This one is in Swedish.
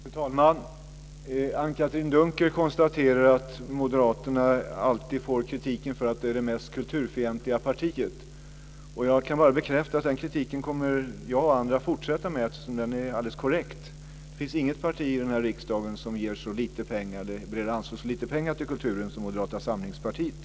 Fru talman! Anne-Katrine Dunker konstaterar att Moderaterna alltid får kritik för att vara det mest kulturfientliga partiet. Jag kan bara bekräfta att den kritiken kommer jag och andra att fortsätta med eftersom den är alldeles korrekt. Det finns ju inget annat parti i riksdagen som vill anslå så lite pengar till kulturen som Moderata samlingspartiet.